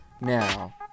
now